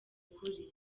kuri